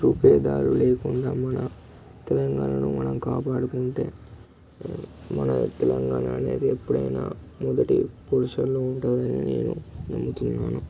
విభేదాలు లేకుండా మన తెలంగాణను మనం కాపాడుకుంటే మన తెలంగాణ అనేది ఎప్పుడైనా మొదటి పొజిషన్లో ఉంటుంది అని నేను నమ్ముతున్నాను